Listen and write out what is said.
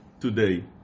Today